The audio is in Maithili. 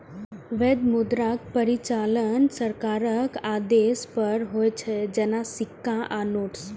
वैध मुद्राक परिचालन सरकारक आदेश पर होइ छै, जेना सिक्का आ नोट्स